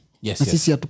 Yes